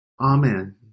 Amen